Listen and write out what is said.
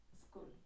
school